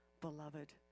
Beloved